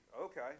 Okay